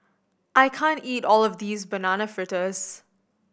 I can't eat all of this Banana Fritters